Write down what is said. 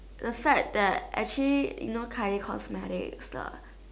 the fact that actually you know Kylie cosmetics the